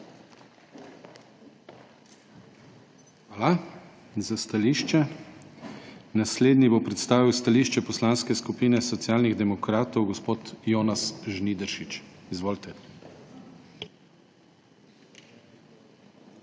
Hvala za stališče. Naslednji bo predstavil stališče Poslanske skupine Socialnih demokratov gospod Jonas Žnidaršič. Izvolite. JONAS